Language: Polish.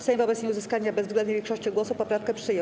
Sejm wobec nieuzyskania bezwzględnej większości głosów poprawkę przyjął.